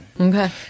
Okay